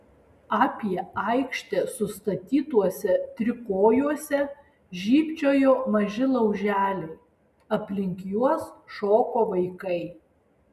apie aikštę sustatytuose trikojuose žybčiojo maži lauželiai aplink juos šoko vaikai